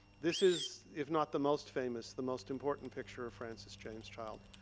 this is if not the most famous, the most important picture of francis james child.